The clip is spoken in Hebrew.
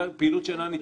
פעילות שאינה נתמכת,